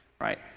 right